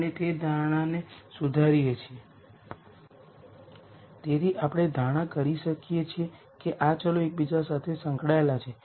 પરંતુ સામાન્ય કેસ તરીકે ચાલો ધારી લઈએ કે r આઇગન વૅલ્યુઝ 0 છે